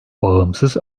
bağımsız